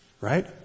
Right